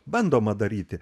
bandoma daryti